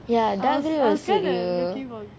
ya dark green will suit you